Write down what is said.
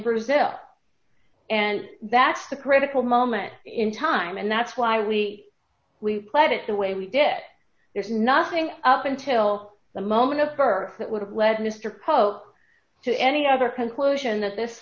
brazil and that's the critical moment in time and that's why we we played it the way we did it there's nothing up until the moment of birth that would have led mister pope to any other conclusion that this